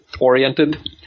oriented